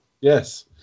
yes